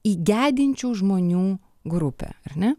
į gedinčių žmonių grupę ar ne